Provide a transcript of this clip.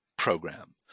program